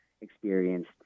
experienced